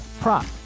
prop